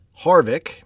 Harvick